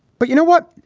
but you know what?